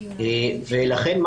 לכן,